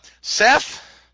Seth